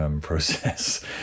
process